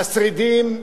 והשרידים,